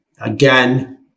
again